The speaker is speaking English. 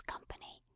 company